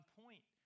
point